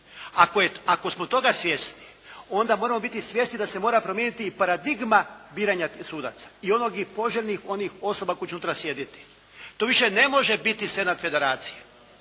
Ako smo toga svjesni onda moramo biti svjesni da se mora promijeniti i paradigma biranja sudaca i onih poželjnih onih osoba koje će unutra sjediti. To više ne može biti sedam federacija,